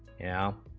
now